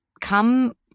come